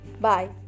bye